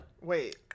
Wait-